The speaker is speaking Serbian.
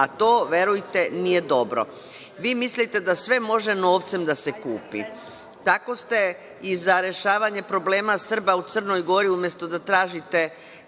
a to verujete nije dobro. Vi mislite da sve može novce da se kupi. Tako ste i za rešavanje problema Srba u Crnoj Gori, umesto da tražite